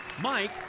Mike